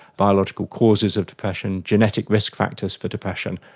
biological causes of depression, genetic risk factors for depression,